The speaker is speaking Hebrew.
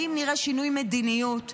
האם נראה שינוי מדיניות?